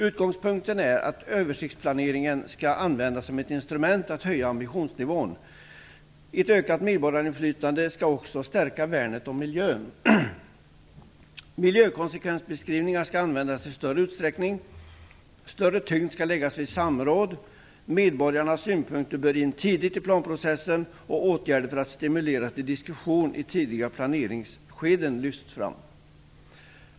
Utgångspunkten är att översiktsplaneringen skall användas som ett instrument för att höja ambitionsnivån. Ett ökat medborgarinflytande skall också stärka värnet om miljön. Miljökonsekvensbeskrivningar skall användas i större utsträckning. Större tyngd skall läggas vid samråd. Medborgarnas synpunkter bör tas in tidigt i planprocessen, och åtgärder för att stimulera till diskussion i tidiga planeringsskeden bör lyftas fram.